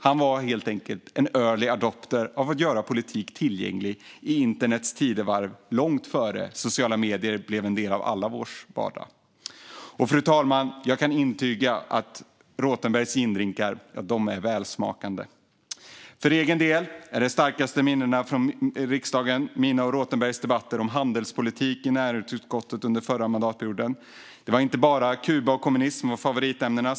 Han var helt enkelt en early adopter när det gällde att göra politik tillgänglig i internets tidevarv, långt innan sociala medier blev en del av allas vår vardag. Och, fru talman, jag kan intyga att Rothenbergs gindrinkar är välsmakande! För egen del är mina starkaste minnen från riksdagen mina och Rothenbergs debatter om handelspolitik i näringsutskottet under förra mandatperioden. Det var inte bara Kuba och kommunism som var favoritämnena.